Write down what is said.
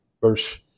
verse